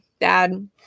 dad